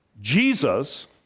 Jesus